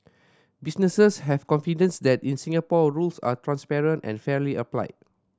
businesses have confidence that in Singapore rules are transparent and fairly applied